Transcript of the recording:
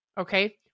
Okay